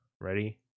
Ready